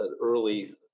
early